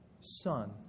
Son